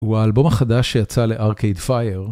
הוא האלבום החדש שיצא לארקייד פאייר.